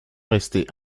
restait